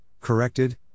corrected